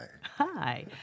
Hi